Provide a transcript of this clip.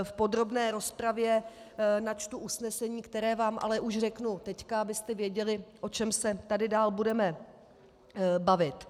V podrobné rozpravě načtu usnesení, které vám ale už řeknu teď, abyste věděli, o čem se tady dál budeme bavit.